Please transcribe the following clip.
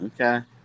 Okay